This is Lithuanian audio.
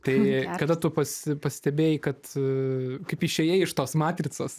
tai kada tu pas pastebėjai kad kaip išėjai iš tos matricos